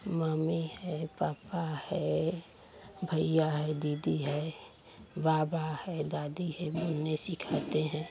mummy है papa है भैया है दीदी है बाबा है दादी है बोलने सिखाते हैं